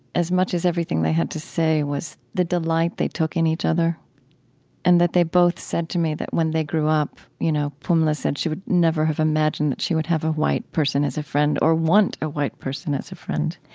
as much as everything they had to say, was the delight they took in each other and that they both said to me that when they grew up, you know, pumla said she would never have imagined that she would have a white person as a friend or want a white person as a friend.